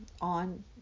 on